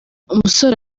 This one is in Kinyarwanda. umusore